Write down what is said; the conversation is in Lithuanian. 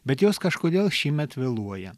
bet jos kažkodėl šįmet vėluoja